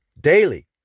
daily